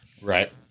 Right